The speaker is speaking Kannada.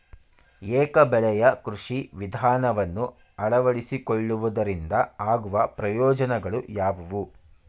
ಏಕ ಬೆಳೆಯ ಕೃಷಿ ವಿಧಾನವನ್ನು ಅಳವಡಿಸಿಕೊಳ್ಳುವುದರಿಂದ ಆಗುವ ಪ್ರಯೋಜನಗಳು ಯಾವುವು?